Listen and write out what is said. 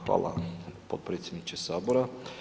Hvala potpredsjedniče Sabora.